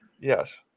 yes